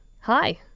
hi